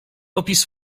opis